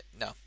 no